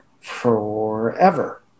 forever